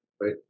right